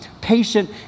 patient